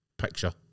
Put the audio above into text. picture